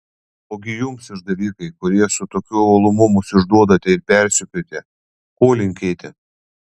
ogi jums išdavikai kurie su tokiu uolumu mus išduodate ir persekiojate ko linkėti